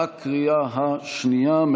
בקריאה השנייה.